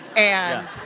and,